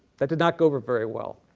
that did not go over very well.